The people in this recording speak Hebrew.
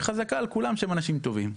חזקה על כולם שהם אנשים טובים.